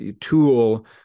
tool